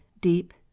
deep